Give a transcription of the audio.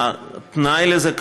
התנאי לזה,